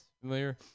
Familiar